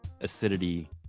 acidity